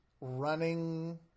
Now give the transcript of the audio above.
running